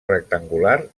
rectangular